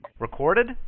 Recorded